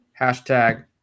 Hashtag